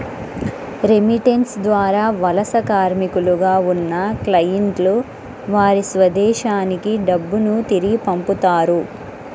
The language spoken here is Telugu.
రెమిటెన్స్ ద్వారా వలస కార్మికులుగా ఉన్న క్లయింట్లు వారి స్వదేశానికి డబ్బును తిరిగి పంపుతారు